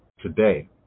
today